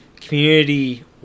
community